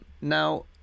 Now